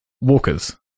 walkers